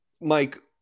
mike